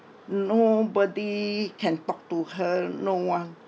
nobody can talk to her no one